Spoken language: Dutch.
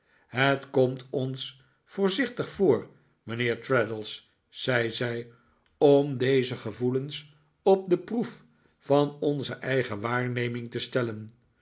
het komt ons voorzichtig voor mijnheer traddles zei zij om deze gevoelens op de proef van onze eigen waarneming te stellen